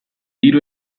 hiru